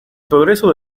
progreso